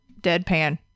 deadpan